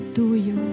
tuyo